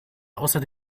außer